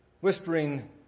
whispering